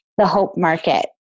thehopemarket